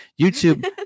YouTube